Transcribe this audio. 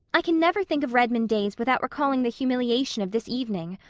i can never think of redmond days without recalling the humiliation of this evening.